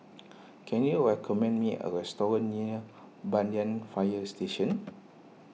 can you recommend me a restaurant near Banyan Fire Station